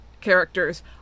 characters